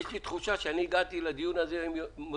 יש לי תחושה שאני הגעתי לדיון הזה עם מוטיבציה